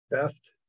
theft